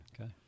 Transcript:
Okay